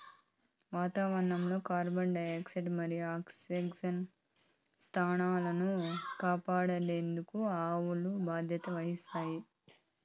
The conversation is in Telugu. వాతావరణం లో కార్బన్ డయాక్సైడ్ మరియు ఆక్సిజన్ స్థాయిలను కాపాడుకునేకి అడవులు బాధ్యత వహిస్తాయి